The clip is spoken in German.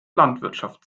landwirtschaft